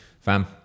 fam